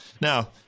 Now